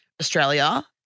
Australia